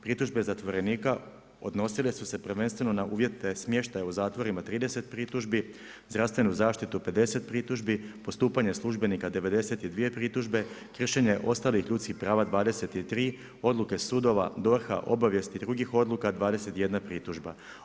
Pritužbe zatvorenika odnosile su se prvenstveno na uvjete smještaja u zatvorima, 30 pritužbi, zdravstvenu zaštitu, 50 pritužbi, postupanje službenika, 92 pritužbe, kršenje ostalih ljudskih prava, 23, odluke sudova, DORH-a, obavijesti i drugih odluka, 21 pritužba.